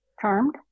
Charmed